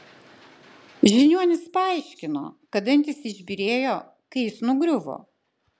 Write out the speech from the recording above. žiniuonis paaiškino kad dantys išbyrėjo kai jis nugriuvo